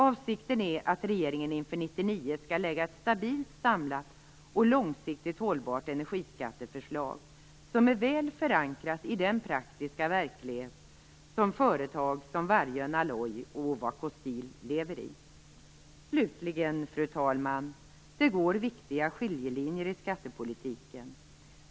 Avsikten är att regeringen inför 1999 skall lägga fram ett stabilt, samlat och långsiktigt hållbart energiskatteförslag som är väl förankrat i den praktiska verklighet som företag som Vargön Alloys och Ovako Steel lever i. Slutligen, fru talman, så går det viktiga skiljelinjer i skattepolitiken.